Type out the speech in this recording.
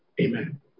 amen